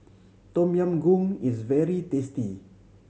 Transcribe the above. Tom Yam Goong is very tasty